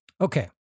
Okay